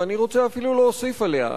ואני רוצה אפילו להוסיף עליה.